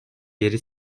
yeri